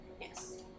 Yes